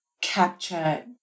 capture